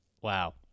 wow